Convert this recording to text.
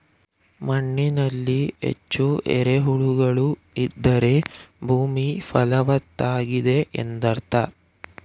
ಮಣ್ಣಿನಲ್ಲಿ ಹೆಚ್ಚು ಎರೆಹುಳುಗಳು ಇದ್ದರೆ ಭೂಮಿ ಫಲವತ್ತಾಗಿದೆ ಎಂದರ್ಥ